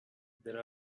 there